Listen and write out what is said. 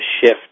shift